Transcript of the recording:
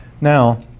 Now